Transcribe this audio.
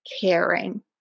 caring